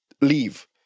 leave